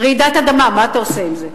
רעידת אדמה, מה אתה עושה עם זה?